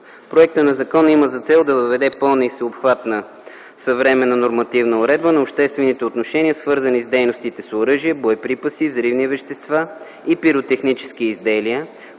Законопроектът има за цел да въведе пълна и всеобхватна съвременна нормативна уредба на обществените отношения, свързани с дейностите с оръжия, боеприпаси, взривни вещества и пиротехнически изделия,